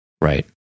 Right